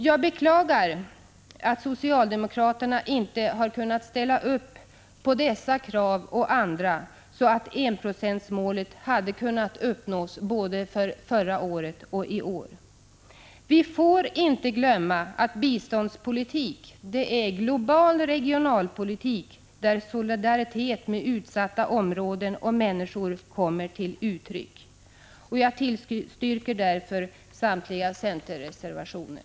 Jag beklagar att socialdemokraterna inte har kunnat ställa upp på dessa krav och andra, så att enprocentsmålet hade kunnat uppnås både för förra året och i år. Vi får inte glömma att biståndspolitik är global regionalpolitik, där solidaritet med utsatta områden och människor kommer till uttryck. Herr talman! Jag ber att få yrka bifall till samtliga centerreservationer.